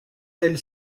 elle